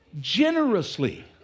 generously